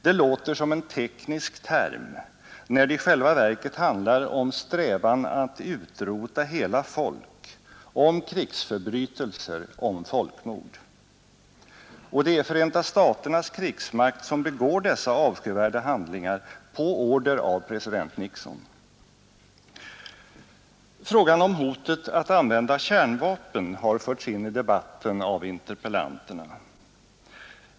Det låter som en teknisk term när det i själva verket handlar om en strävan att utrota hela folk, om krigsförbrytelser, om folkmord. Och det är Förenta staternas krigsmakt som begår dessa avskyvärda handlingar på order av president Nixon. Frågan om hotet att använda kärnvapen har förts in i debatten av interpellanterna.